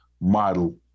model